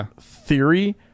theory